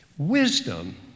Wisdom